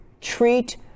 treat